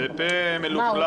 בפה מלוכלך